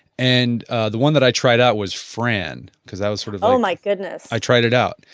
and the one that i tried out was friend, because i was sort of, oh my goodness! i tried it out.